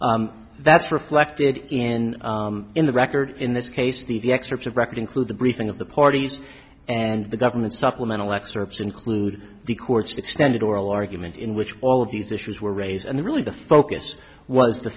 that's reflected in in the record in this case the excerpts of record include the briefing of the parties and the government supplemental excerpts include the court's extended oral argument in which all of these issues were raised and really the focus was the